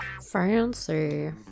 Fancy